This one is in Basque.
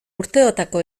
urteotako